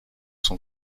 sont